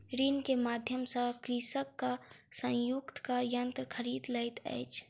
ऋण के माध्यम सॅ कृषक संयुक्तक यन्त्र खरीद लैत अछि